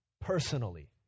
personally